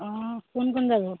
অঁ কোন কোন যাব